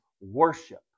worship